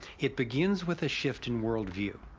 it begins with a shift in worldview,